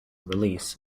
release